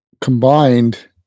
combined